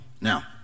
Now